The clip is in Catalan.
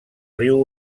riu